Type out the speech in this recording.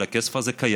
אבל הכסף הזה קיים,